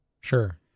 Sure